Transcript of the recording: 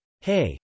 Hey